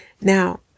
Now